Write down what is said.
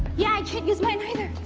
yeah i can't use mine neither.